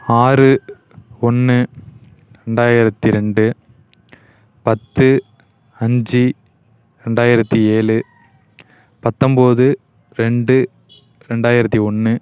ஆறு ஒன்று ரெண்டாயிரத்தி ரெண்டு பத்து அஞ்சு ரெண்டாயிரத்தி ஏழு பத்தொம்பது ரெண்டு ரெண்டாயிரத்தி ஒன்று